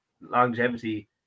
longevity